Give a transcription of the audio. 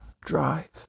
Drive